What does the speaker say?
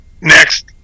Next